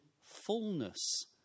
fullness